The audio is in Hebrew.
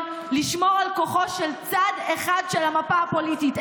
לשמור על כוחו של צד אחד של המפה הפוליטית,